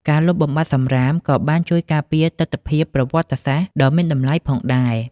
ការលុបបំបាត់សំរាមក៏បានជួយការពារទិដ្ឋភាពប្រវត្តិសាស្ត្រដ៏មានតម្លៃផងដែរ។